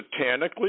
satanically